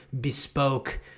bespoke